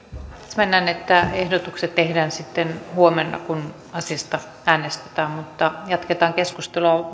täsmennän että ehdotukset tehdään sitten huomenna kun asiasta äänestetään mutta jatketaan keskustelua